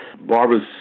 Barbara's